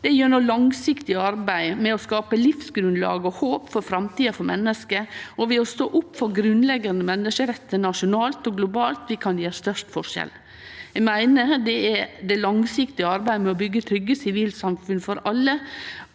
er gjennom langsiktig arbeid med å skape livsgrunnlag og håp for framtida for menneske og ved å stå opp for grunnleggjande menneskerettar nasjonalt og globalt vi kan utgjere størst forskjell. Eg meiner det er med det langsiktige arbeidet med å byggje trygge sivilsamfunn for alle